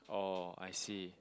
oh I see